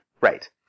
Right